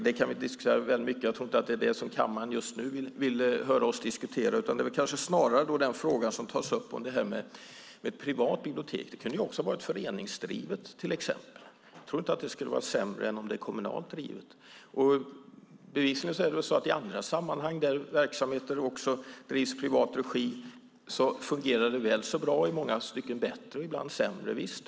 Det kan vi diskutera, men jag tror inte att det är det som kammaren just nu vill höra oss diskutera. Det är kanske snarare den fråga som tas upp om ett privat bibliotek. Det kan också vara föreningsdrivet till exempel. Jag tror inte att det skulle vara sämre än om det är kommunalt drivet. Bevisligen är det så att det i andra sammanhang där verksamheter drivs i privat regi fungerar väl så bra, i många stycken bättre, ibland sämre.